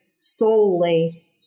solely